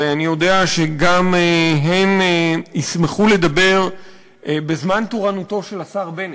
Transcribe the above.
ואני יודע שגם הן ישמחו לדבר בזמן תורנותו של השר בנט.